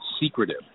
secretive